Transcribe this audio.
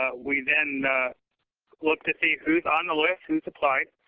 ah we then look to see who's on the list, who's applied.